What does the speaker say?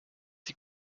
die